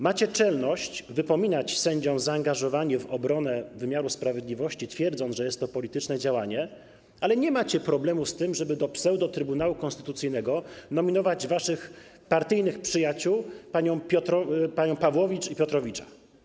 Macie czelność wypominać sędziom zaangażowanie w obronę wymiaru sprawiedliwości, twierdząc, że jest to polityczne działanie, ale nie macie problemu z tym, żeby do pseudo-Trybunału Konstytucyjnego nominować waszych partyjnych przyjaciół, panią Pawłowicz i Piotrowicza.